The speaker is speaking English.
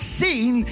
seen